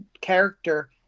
character